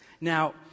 Now